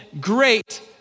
great